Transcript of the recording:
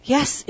Yes